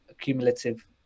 cumulative